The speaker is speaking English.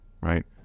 right